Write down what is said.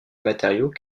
matériau